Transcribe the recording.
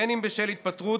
אם בשל התפטרות,